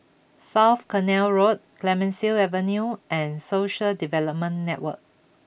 South Canal Road Clemenceau Avenue and Social Development Network